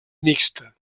mixta